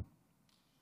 בבקשה.